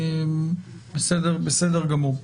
בסדר גמור.